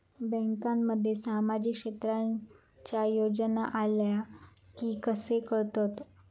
बँकांमध्ये सामाजिक क्षेत्रांच्या योजना आल्या की कसे कळतत?